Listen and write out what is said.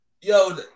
Yo